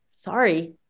sorry